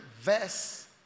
verse